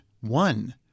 One